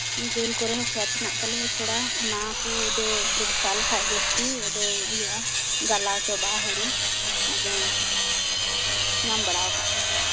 ᱡᱳᱞ ᱠᱚᱨᱮ ᱦᱚᱸ ᱠᱷᱮᱛ ᱦᱮᱱᱟᱜ ᱠᱟᱜ ᱛᱟᱞᱮᱭᱟ ᱛᱷᱚᱲᱟ ᱚᱱᱟ ᱠᱚᱯᱫᱚ ᱵᱚᱨᱥᱟ ᱞᱮᱠᱷᱟᱡ ᱜᱮ ᱟᱨᱠᱤ ᱤᱭᱟᱹᱜᱼᱟ ᱜᱟᱞᱟᱣ ᱪᱟᱵᱟᱜᱼᱟ ᱦᱩᱲᱩ ᱟᱫᱚᱧᱟᱢ ᱵᱟᱲᱟᱣ ᱠᱟᱜ ᱜᱮᱭᱟᱞᱮ